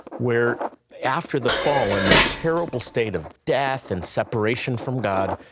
where after the fall, in this terrible state of death and separation from god,